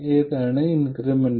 ഏതാണ് ഇൻക്രിമെന്റ്